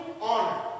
honor